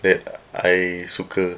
that I suka